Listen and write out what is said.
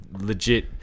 legit